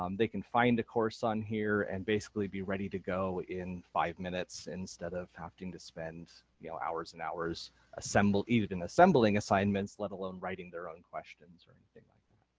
um they can find a course on here and basically be ready to go in five minutes, instead of having to spend you know hours and hours assembling and assembling assignments, let alone writing their own questions or anything like